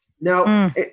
Now